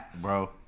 bro